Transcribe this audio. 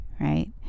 right